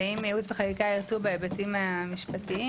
ואם ייעוץ וחקיקה ירצו בהיבטים המשפטיים.